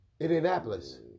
Indianapolis